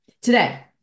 today